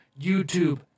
YouTube